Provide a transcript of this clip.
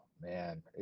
man